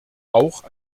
auch